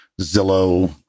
Zillow